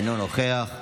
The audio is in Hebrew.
אינו נוכח,